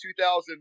2000